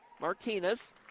Martinez